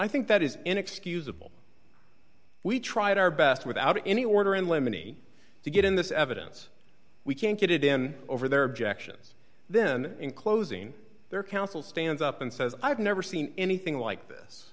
i think that is inexcusable we tried our best without any order in lemony to get in this evidence we can't get in over their objections then in closing their counsel stands up and says i've never seen anything like this